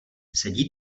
sedí